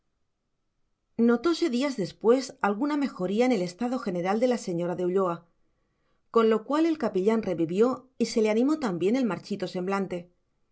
el vinagre notóse días después alguna mejoría en el estado general de la señora de ulloa con lo cual el capellán revivió y se le animó también el marchito semblante